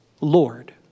Lord